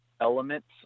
elements